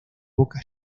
boca